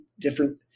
different